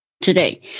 today